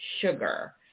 sugar